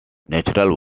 natural